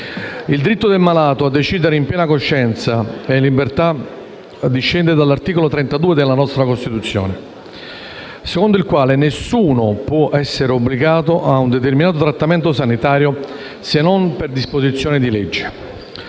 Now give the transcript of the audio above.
Il diritto del malato a decidere in piena coscienza e libertà discende dall'articolo 32 della nostra Costituzione, secondo il quale: «Nessuno può essere obbligato a un determinato trattamento sanitario se non per disposizione di legge».